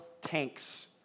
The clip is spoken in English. tanks